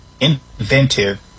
inventive